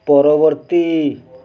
ପରବର୍ତ୍ତୀ